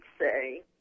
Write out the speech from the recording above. say